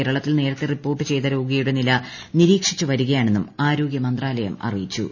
കേരളത്തിൽ നേരത്തെ റിപ്പോർട്ട് ചെയ്ത രോഗിയുടെ നില നിരീക്ഷിച്ചു വരികയാണെന്നും ആരോഗ്യമന്ത്രാലയം അറിയിച്ചു